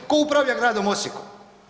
Tko upravlja gradom Osijekom?